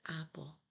apple